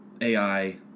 AI